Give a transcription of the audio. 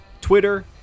Twitter